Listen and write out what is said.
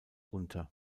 unter